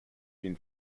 been